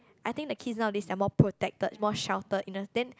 I think the kids nowadays are more protected more sheltered in a then